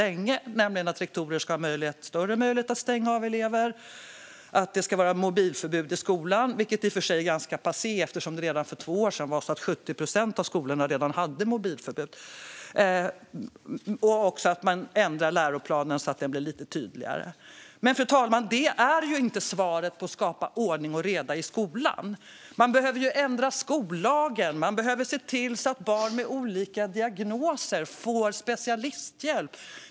Det handlar om att rektorer ska ha större möjlighet att stänga av elever, om att det ska vara mobilförbud i skolan, vilket i och för sig är ganska passé eftersom 70 procent av skolorna redan för två år sedan hade mobilförbud, och om att ändra läroplanen så att den blir lite tydligare. Men, fru talman, det är inte svaret när det gäller att skapa ordning och reda i skolan. Man behöver ändra skollagen. Man behöver se till att barn med olika diagnoser får specialisthjälp.